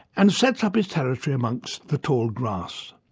and sets up his territory amongst the tall grass.